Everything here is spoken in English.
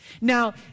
Now